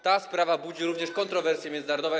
Ta sprawa budzi również kontrowersje międzynarodowe.